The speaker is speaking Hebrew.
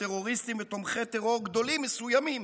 טרוריסטים ותומכי טרור גדולים מסוימים,